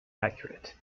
accurate